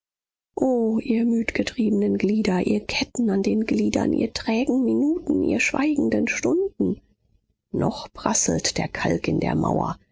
o ihr müdgetriebenen glieder ihr ketten an den gliedern ihr trägen minuten ihr schweigenden stunden noch prasselt der kalk in der mauer